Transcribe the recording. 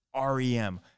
REM